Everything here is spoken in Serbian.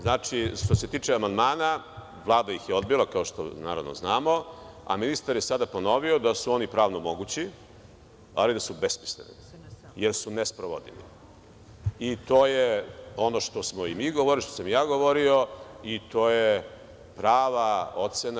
Znači, što se tiče amandmana, Vlada ih je odbila, kao što znamo, a ministar je sada ponovio da su oni pravno mogući, ali da su besmisleni, jer su ne sprovodivi, i to je ono što smo mi govorili, što sam ja govorio, i to je prava ocena.